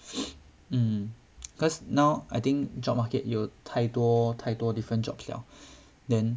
mm cause now I think job market 有太多太多 different jobs liao then